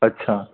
अच्छा